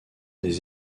des